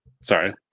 Sorry